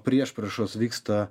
priešpriešos vyksta